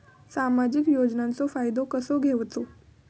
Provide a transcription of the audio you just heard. सामाजिक योजनांचो फायदो कसो घेवचो?